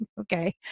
okay